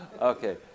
Okay